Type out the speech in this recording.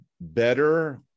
better